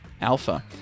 Alpha